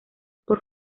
por